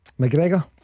McGregor